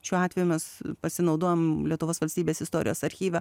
šiuo atveju mes pasinaudojom lietuvos valstybės istorijos archyve